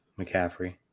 McCaffrey